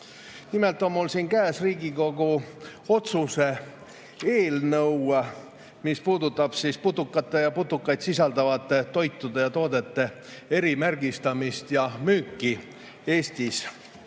Nimelt on mul siin käes Riigikogu otsuse eelnõu, mis puudutab putukate ja putukaid sisaldavate toitude ja toodete erimärgistamist ja müüki Eestis.